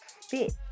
fit